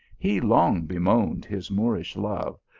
he long bemoaned his moorish love,